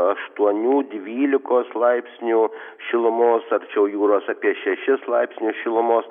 aštuonių dvylikos laipsnių šilumos arčiau jūros apie šešis laipsnius šilumos